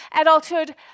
adulthood